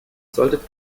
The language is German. solltet